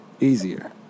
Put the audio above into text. easier